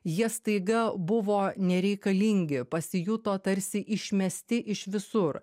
jie staiga buvo nereikalingi pasijuto tarsi išmesti iš visur